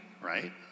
right